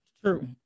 True